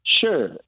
sure